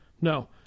No